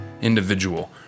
individual